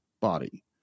body